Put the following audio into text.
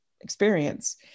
experience